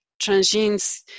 transgenes